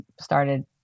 started